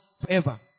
forever